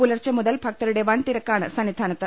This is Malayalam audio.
പുലർച്ചെ മുതൽ ഭക്തരുടെ വൻ തിര ക്കാണ് സന്നിധാനത്ത്